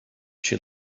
she